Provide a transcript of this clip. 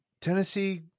Tennessee